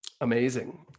Amazing